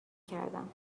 کردم